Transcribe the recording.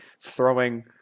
throwing